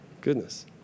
Goodness